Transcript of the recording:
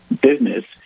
business